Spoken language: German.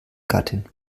gattin